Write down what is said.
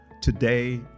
today